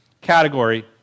category